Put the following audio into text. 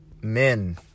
men